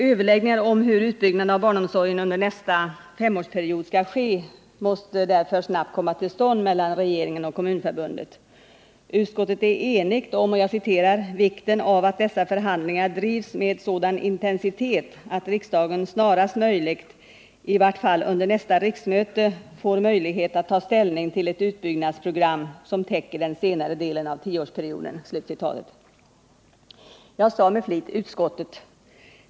Överläggningar om hur utbyggnaden av barnomsorgen under nästa femårsperiod skall ske måste därför snabbt komma till stånd mellan regeringen och Kommunförbundet. Utskottet är enigt om ”vikten av att dessa överläggningar drivs med sådan intensitet att riksdagen snarast möjligt och i vart fall under nästa riksmöte får möjlighet att ta ställning till ett utbyggnadsprogram som täcker den senare delen av tioårsperioden”. Jag sade med flit utskottet.